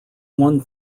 one